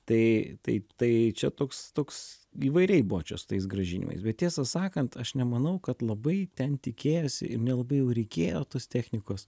tai taip tai čia toks toks įvairiai buvo čia su tais grąžinimais bet tiesą sakant aš nemanau kad labai ten tikėjosi ir nelabai jau reikėjo tos technikos